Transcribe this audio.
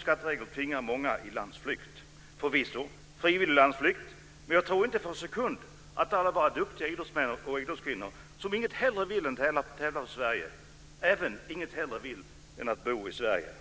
skatteregler tvingar många i landsflykt. Det är förvisso frivillig landsflykt. Men jag tror inte för en sekund att alla våra duktiga idrottsmän och idrottskvinnor, som inget hellre vill än att tävla för Sverige, inget hellre vill än att bo i Sverige.